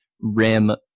rim